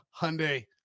Hyundai